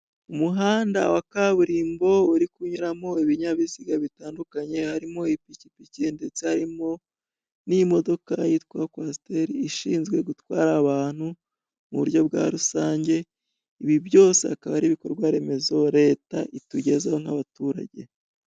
Umuhanda wa kaburimbo urikunyuramo ibinyabiziga bitandukanye harimo ipikipiki ndetse harimo n'imodoka yitwa kwasiteri ishinzwe gutwara abantu mu buryo bwa rusange ibi byose akaba ari ibikorwa remezo leta itugezaho nk'abaturage.